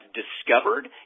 discovered